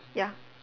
ya